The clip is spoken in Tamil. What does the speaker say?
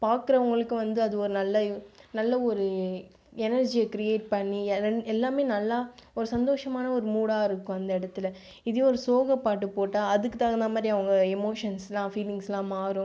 பார்க்குறவங்களுக்கு வந்து அது ஒரு நல்ல நல்ல ஒரு எனர்ஜியை க்ரியேட் பண்ணி எல எல்லாமே நல்லா ஒரு சந்தோஷமான ஒரு மூடா இருக்கும் அந்த இடத்துல இதுவே ஒரு சோக பாட்டு போட்டால் அதுக்கு தகுந்த மாதிரி அவங்க எமோஷன்ஸ்லாம் ஃபீலிங்ஸ்லாம் மாறும்